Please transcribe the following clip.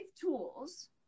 tools